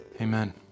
Amen